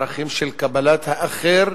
ערכים של קבלת האחר.